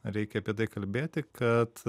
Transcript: reikia apie tai kalbėti kad